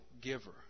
giver